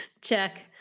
Check